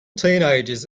teenagers